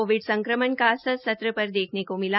Covid संक्रमण का असर सत्र पर देखेने को मिला